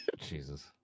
jesus